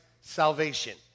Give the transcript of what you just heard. salvation